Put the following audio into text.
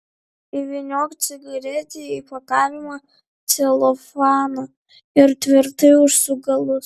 įvyniok cigaretę į pakavimo celofaną ir tvirtai užsuk galus